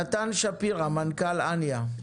נמצא כאן נתן שפירא, מנכ"ל אניה.